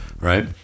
Right